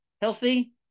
healthy